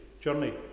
journey